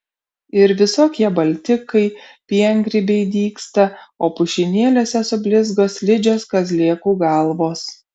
ir visokie baltikai piengrybiai dygsta o pušynėliuose sublizgo slidžios kazlėkų galvos